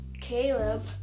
Caleb